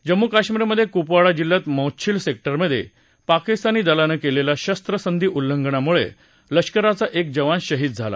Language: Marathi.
जम्मू कश्मीरमध्ये कुपवाडा जिल्ह्यात माछिल सेक्टरमध्ये पाकिस्तानी दलानं केलेल्या शस्त्रसंधी उल्लंघनामुळे लष्कराचा एक जवान शहीद झाला